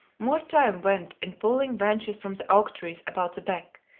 more time went in pulling branches from the oak-trees about the beck,